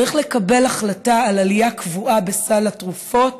צריך לקבל החלטה על עלייה קבועה בסל התרופות